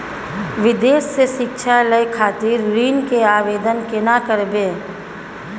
विदेश से शिक्षा लय खातिर ऋण के आवदेन केना करबे?